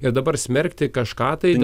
ir dabar smerkti kažką tai